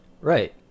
Right